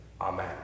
Amen